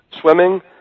swimming